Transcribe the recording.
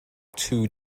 two